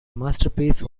masterpiece